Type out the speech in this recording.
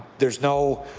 there is no